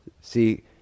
See